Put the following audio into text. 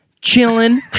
Chilling